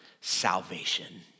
salvation